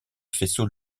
faisceau